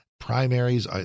primaries